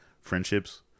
friendships